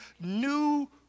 new